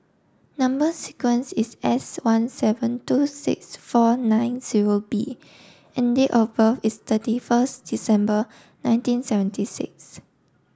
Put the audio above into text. number sequence is S one seven two six four nine zero B and date of birth is thirty first December nineteen seventy six